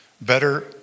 Better